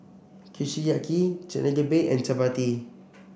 Kushiyaki Chigenabe and Chapati